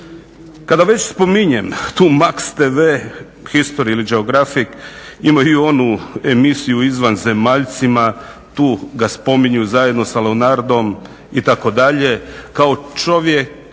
Kada već spominjem tu MAX-TV-u, History ili Geografic imaju onu emisiju o izvanzemaljcima, tu ga spominju zajedno sa Leonardom itd. kao ljudima